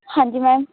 ਹਾਂਜੀ ਮੈਮ